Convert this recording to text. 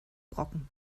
brocken